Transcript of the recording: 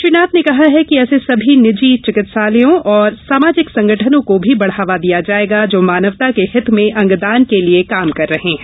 श्री नाथ ने कहा कि ऐसे सभी निजी चिकित्सालयों एवं सामाजिक संगठनों को भी बढ़ावा दिया जायेगा जो मानवता के हित में अंगदान के लिये कार्य कर रहे हैं